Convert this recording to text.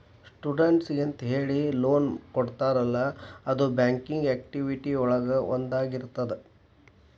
ಸ್ಟೂಡೆಂಟ್ಸಿಗೆಂತ ಹೇಳಿ ಲೋನ್ ಕೊಡ್ತಾರಲ್ಲ ಅದು ಬ್ಯಾಂಕಿಂಗ್ ಆಕ್ಟಿವಿಟಿ ಒಳಗ ಒಂದಾಗಿರ್ತದ